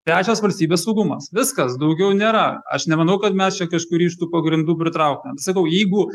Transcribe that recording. trečias valstybės saugumas viskas daugiau nėra aš nemanau kad mes čia kažkurį iš tų pagrindų pritrauktumėm sakau jeigu